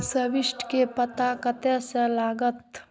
Subsidy के पता कतय से लागत?